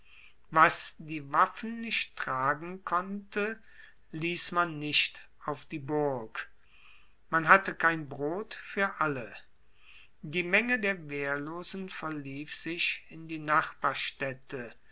was die waffen nicht tragen konnte liess man nicht auf die burg man hatte kein brot fuer alle die menge der wehrlosen verlief sich in die nachbarstaedte